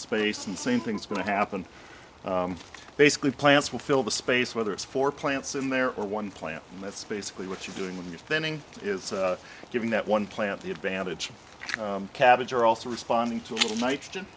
space and same thing's going to happen basically plants will fill the space whether it's four plants in there or one plant and that's basically what you're doing when you're thinning is giving that one plant the advantage cabbage are also responding to a little ni